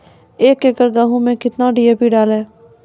एक एकरऽ गेहूँ मैं कितना डी.ए.पी डालो?